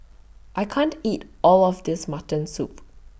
I can't eat All of This Mutton Soup